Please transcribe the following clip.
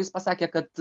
jis pasakė kad